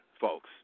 folks